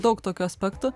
daug tokių aspektų